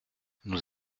nous